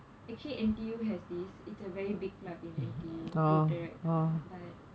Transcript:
actually N_T_U has this it is a very big in N_T_U rotaract but